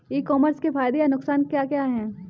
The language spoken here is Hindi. ई कॉमर्स के फायदे या नुकसान क्या क्या हैं?